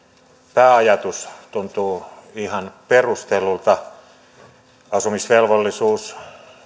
pääajatus tuntuu ihan perustellulta asumisvelvollisuus